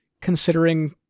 considering